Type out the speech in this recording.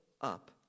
up